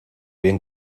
bien